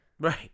Right